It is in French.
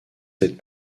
cette